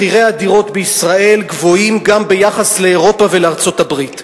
מחירי הדירות בישראל גבוהים גם ביחס לאירופה ולארצות-הברית.